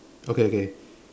okay okay